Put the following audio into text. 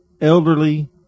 elderly